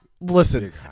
Listen